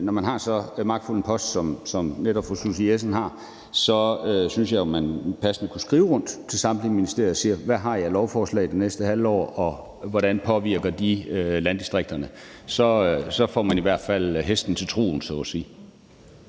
når man har så magtfuld en post, som fru Susie Jessen netop har, så passende kunne skrive rundt til samtlige ministerier og spørge, hvad de har af lovforslag det næste halve år, og hvordan de påvirker landdistrikterne. Så får man i hvert fald hesten til truget, så at sige.